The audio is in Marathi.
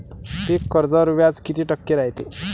पीक कर्जावर व्याज किती टक्के रायते?